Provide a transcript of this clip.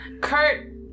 Kurt